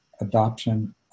adoption